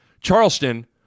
Charleston